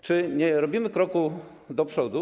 Czy nie robimy kroku do przodu?